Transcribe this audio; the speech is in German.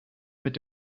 mit